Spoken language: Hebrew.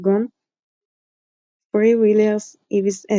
כגון Freewheelers EVS,